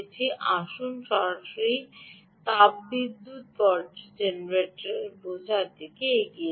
আসুন সরাসরি তাত্পর্যবিদ্যুত জেনারেটর বোঝার দিকে এগিয়ে চলি